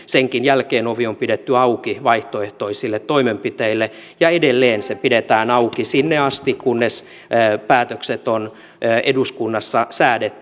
senkin jälkeen ovi on pidetty auki vaihtoehtoisille toimenpiteille ja edelleen se pidetään auki sinne asti kunnes päätökset on eduskunnassa säädetty